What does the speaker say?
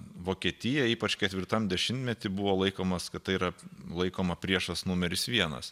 vokietija ypač ketvirtam dešimtmety buvo laikomas kad tai yra laikoma priešas numeris vienas